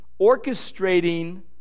orchestrating